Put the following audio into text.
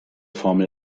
formel